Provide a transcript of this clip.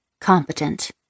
Competent